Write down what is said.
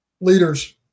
leaders